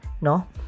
no